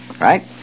Right